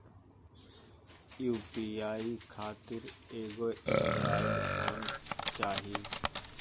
UPI खातिर एगो android phone चाही